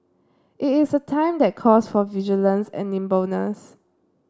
it is a time that calls for vigilance and nimbleness